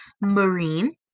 marine